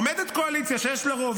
עומדת קואליציה שיש לה רוב,